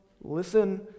listen